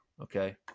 okay